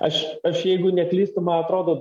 aš aš jeigu neklystu man atrodo